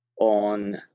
on